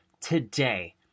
today